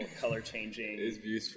color-changing